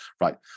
right